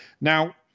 Now